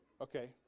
Okay